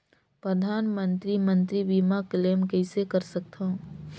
परधानमंतरी मंतरी बीमा क्लेम कइसे कर सकथव?